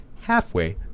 halfway